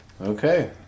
Okay